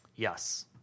Yes